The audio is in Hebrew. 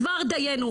כבר דיינו.